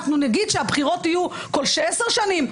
נגיד שהבחירות יהיו כל עשר שנים?